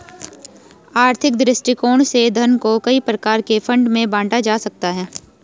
आर्थिक दृष्टिकोण से धन को कई प्रकार के फंड में बांटा जा सकता है